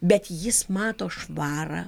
bet jis mato švarą